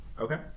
okay